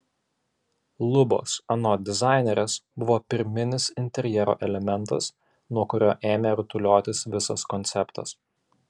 lubos anot dizainerės buvo pirminis interjero elementas nuo kurio ėmė rutuliotis visas konceptas